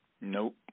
Nope